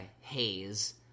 haze